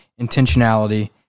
intentionality